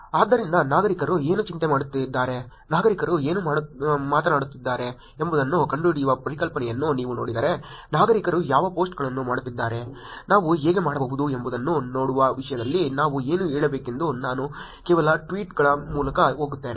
ಆದ್ದರಿಂದ ನಾಗರಿಕರು ಏನು ಚಿಂತೆ ಮಾಡುತ್ತಿದ್ದಾರೆ ನಾಗರಿಕರು ಏನು ಮಾತನಾಡುತ್ತಿದ್ದಾರೆ ಎಂಬುದನ್ನು ಕಂಡುಹಿಡಿಯುವ ಪರಿಕಲ್ಪನೆಯನ್ನು ನೀವು ನೋಡಿದರೆ ನಾಗರಿಕರು ಯಾವ ಪೋಸ್ಟ್ಗಳನ್ನು ಮಾಡುತ್ತಿದ್ದಾರೆ ನಾವು ಹೇಗೆ ಮಾಡಬಹುದು ಎಂಬುದನ್ನು ನೋಡುವ ವಿಷಯದಲ್ಲಿ ನಾವು ಏನು ಹೇಳಬೇಕೆಂದು ನಾನು ಕೆಲವು ಟ್ವೀಟ್ಗಳ ಮೂಲಕ ಹೋಗುತ್ತೇನೆ